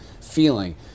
feeling